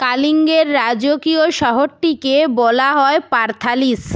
কালিঙ্গের রাজকীয় শহরটিকে বলা হয় পার্থালিস